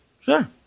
Sure